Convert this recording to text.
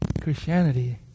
Christianity